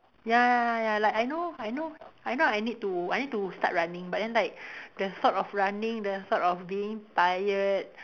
ya ya ya like I know I know I know I need to I need to start running but then like the sort of running the sort of being tired